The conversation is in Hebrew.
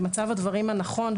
במצב הדברים הנכון,